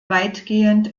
weitgehend